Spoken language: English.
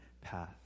path